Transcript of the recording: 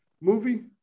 movie